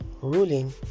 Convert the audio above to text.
ruling